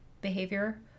behavior